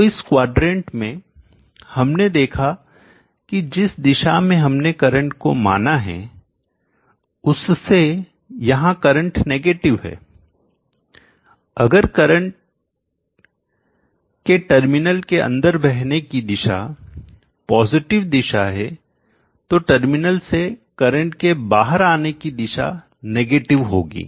तो इस क्वाड्रेंट में हमने देखा कि जिस दिशा में हमने करंट को माना है उससे यहां करंट नेगेटिव है अगर करंट के टर्मिनल के अंदर बहने की दिशा पॉजिटिव दिशा है तो टर्मिनल से करंट के बाहर बहने की दिशा नेगेटिव होगी